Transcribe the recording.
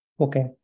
okay